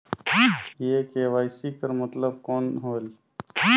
ये के.वाई.सी कर मतलब कौन होएल?